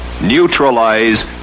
Neutralize